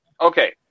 okay